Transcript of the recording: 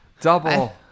Double